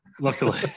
Luckily